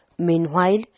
Meanwhile